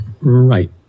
Right